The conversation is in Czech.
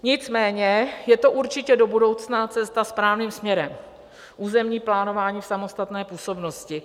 Nicméně je to určitě do budoucna cesta správným směrem územní plánování v samostatné působnosti.